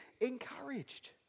encouraged